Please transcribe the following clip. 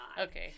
Okay